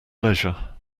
leisure